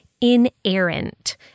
inerrant